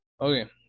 Okay